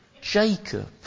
Jacob